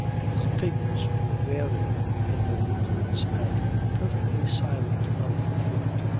these figures were wary in their movements and perfectly silent of foot,